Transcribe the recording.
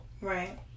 Right